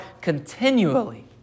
continually